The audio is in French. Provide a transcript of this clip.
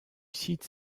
site